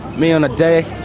me on a day, i